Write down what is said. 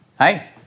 Hi